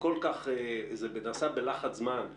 זה נעשה בלחץ זמן,